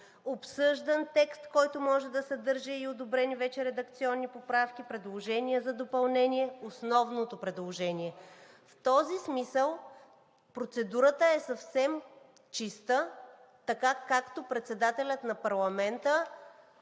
обсъждан текст, който може да се държи, и одобрени вече редакционни поправки; предложения за допълнение; основното предложение. В този смисъл процедурата е съвсем чиста, така както Председателят на парламента